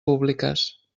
públiques